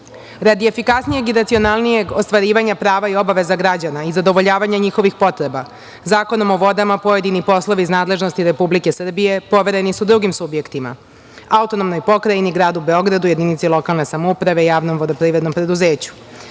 efikasnijeg i racionalnijeg ostvarivanja prava i obaveza građana i zadovoljavanje njihovih potreba Zakonom o vodama, pojedini poslovi iz nadležnosti Republike Srbije povereni su drugim subjektima, Autonomnoj Pokrajini, gradu Beogradu, jedinici lokalne samouprave, javnom vodoprivrednom preduzeću.